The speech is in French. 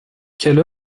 quelle